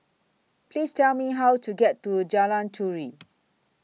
Please Tell Me How to get to Jalan Turi